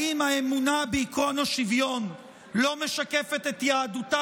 האם האמונה בעקרון השוויון לא משקפת את יהדותה